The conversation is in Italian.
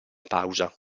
pausa